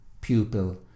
pupil